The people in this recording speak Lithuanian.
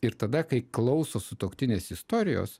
ir tada kai klauso sutuoktinis istorijos